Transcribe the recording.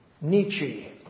Nietzsche